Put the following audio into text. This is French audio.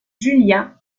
julia